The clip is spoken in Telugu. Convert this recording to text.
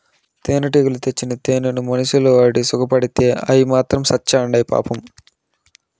తేనెటీగలు తెచ్చిన తేనెను మనుషులు వాడి సుకపడితే అయ్యి మాత్రం సత్చాండాయి పాపం